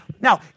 now